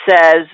says